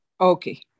Okay